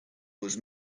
was